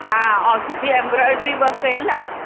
हा ऐं सुठी एम्ब्रॉइडरी वर्कु कयलु आहे